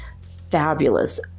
fabulous